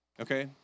Okay